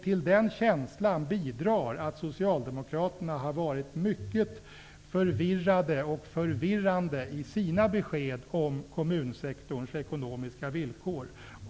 Till den känslan bidrar att socialdemokraterna har varit mycket förvirrade och förvirrande i sina besked om kommunsektorns ekonomiska villkor.